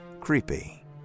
Creepy